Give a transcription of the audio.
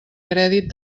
crèdit